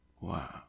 Wow